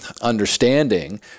understanding